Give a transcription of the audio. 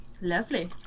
lovely